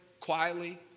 quietly